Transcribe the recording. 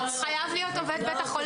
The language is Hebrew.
לא, הוא חייב להיות עובד בית החולים.